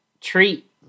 treat